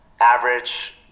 average